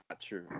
true